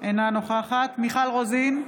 אינה נוכחת מיכל רוזין,